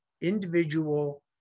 individual